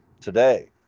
today